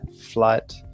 flight